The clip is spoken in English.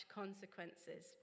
consequences